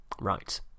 Right